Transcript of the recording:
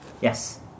yes